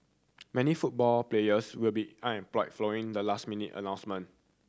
many football players will be unemployed following the last minute announcement